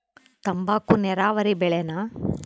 ತಂಬಾಕು ನೇರಾವರಿ ಬೆಳೆನಾ?